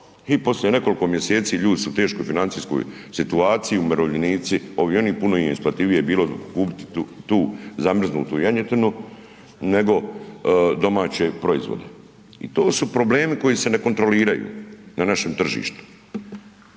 I poslije nekoliko mjeseci ljudi su u teškoj financijskoj situaciji umirovljenici, ovi oni puno im je isplativije bilo kupiti tu zamrznutu janjetinu nego domaće proizvode. I to su problemi koji se ne kontroliraju na našem tržištu.